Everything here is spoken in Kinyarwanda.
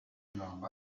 nyuma